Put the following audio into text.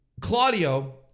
Claudio